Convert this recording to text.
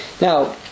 Now